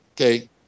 okay